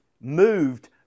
moved